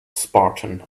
spartan